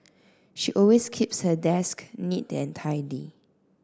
she always keeps her desk neat and tidy